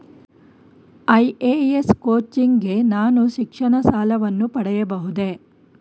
IAS coaching ಗೆ ನಾನು ಶಿಕ್ಷಣ ಸಾಲವನ್ನು ಪಡೆಯಬಹುದೇ?